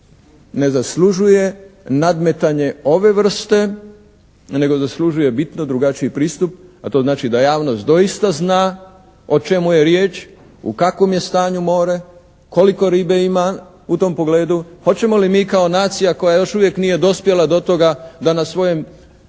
ne zaslužuje nadmetanje ove vrste nego zaslužuje bitno drugačiji pristup a to znači da javnost doista zna o čemu je riječ, u kakvom je stanju more, koliko ribe ima u tom pogledu, hoćemo li mi kao nacija koja još uvijek nije dospjela do toga da na svojoj trpezi